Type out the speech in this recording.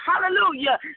hallelujah